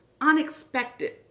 unexpected